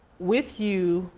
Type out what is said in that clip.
with you,